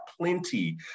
plenty